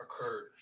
occurred